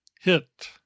Hit